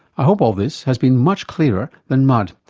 i hope all this has been much clearer than mud.